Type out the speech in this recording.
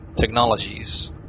technologies